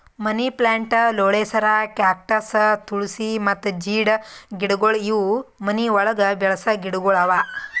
ಮನಿ plant, ಲೋಳೆಸರ, cactus, tulsi ಮತ್ತ ಜೀಡ್ ಗಿಡಗೊಳ್ ಇವು ಮನಿ ಒಳಗ್ ಬೆಳಸ ಗಿಡಗೊಳ್ ಅವಾ